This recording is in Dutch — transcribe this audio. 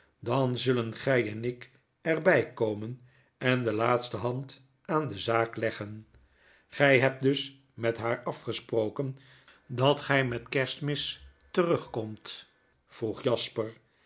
dan zullen gy en ik er bij komen en de laatste hand aan de zaak leggen gy hebt dus met haar afgesproken dat gy met kerstmis terugkomt vroeg jasper